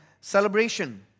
celebration